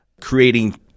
creating